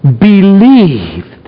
believed